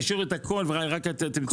השאירו את הכול ורק את הצמצום הביאו לביטול.